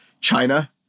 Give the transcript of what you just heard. China